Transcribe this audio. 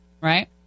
right